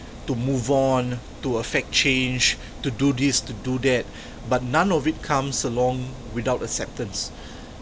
to move on to affect change to do this to do that but none of it comes along without acceptance